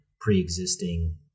pre-existing